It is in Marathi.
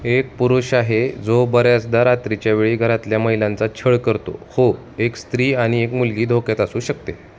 एक पुरुष आहे जो बऱ्याचदा रात्रीच्या वेळी घरातल्या महिलांचा छळ करतो हो एक स्त्री आणि एक मुलगी धोक्यात असू शकते